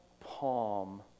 palm